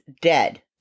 dead